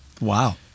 Wow